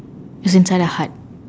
is inside a hut